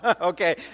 Okay